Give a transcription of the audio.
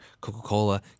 Coca-Cola